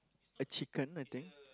a chicken I think